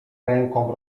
ręką